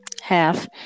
half